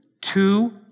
two